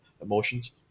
emotions